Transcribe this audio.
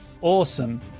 Awesome